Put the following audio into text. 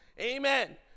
Amen